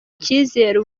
icyizere